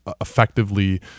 effectively